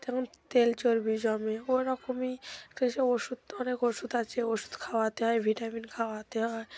তেমন তেল চর্বি জমে ওরকমই একটা এসে ওষুধ অনেক ওষুধ আছে ওষুধ খাওয়াতে হয় ভিটামিন খাওয়াতে হয়